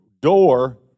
door